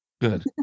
Good